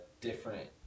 different